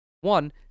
one